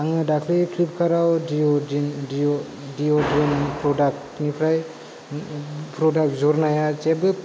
आङो दाख्लि फ्लिपकार्टआव दिअ दिन दअ दिन प्रडाक बिहरनाया जेबो मोजां